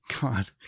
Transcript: God